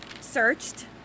searched